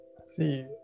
See